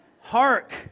hark